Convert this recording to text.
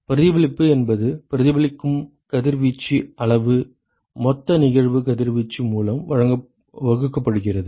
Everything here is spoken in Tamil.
பிரதிபலிப்பு என்பது பிரதிபலிக்கும் கதிர்வீச்சின் அளவு மொத்த நிகழ்வு கதிர்வீச்சு மூலம் வகுக்கப்படுகிறது